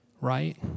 right